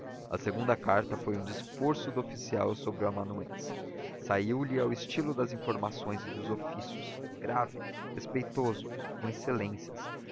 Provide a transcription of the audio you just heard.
a segunda carta foi um desforço do oficial sobre o amanuense saiu-lhe ao estilo das informações e dos ofícios grave respeitoso com excelências